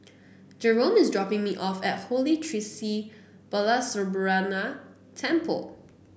Jerome is dropping me off at Holy Tree Sri Balasubramaniar Temple